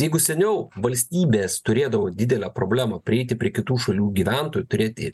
jeigu seniau valstybės turėdavo didelę problemą prieiti prie kitų šalių gyventojų turėti